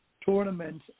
tournament